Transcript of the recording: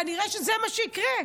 כנראה שזה מה שיקרה.